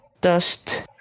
dust